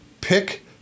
pick